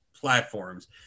platforms